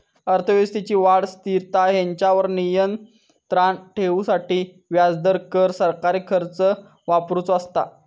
अर्थव्यवस्थेची वाढ, स्थिरता हेंच्यावर नियंत्राण ठेवूसाठी व्याजदर, कर, सरकारी खर्च वापरुचो असता